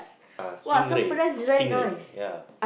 ah stingray stingray ya